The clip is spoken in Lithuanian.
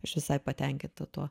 aš visai patenkinta tuo